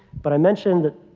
but i mentioned that,